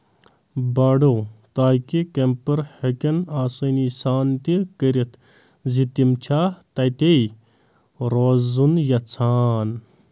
باڈو تاكہِ كیٚمپر ہیٚكن آسٲنی سان تہِ كٔرتھ زِ تِم چھا تتے روزُن یژھان